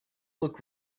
look